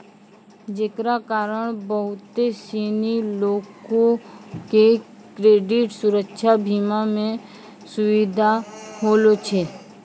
जेकरा कारण बहुते सिनी लोको के क्रेडिट सुरक्षा बीमा मे सुविधा होलो छै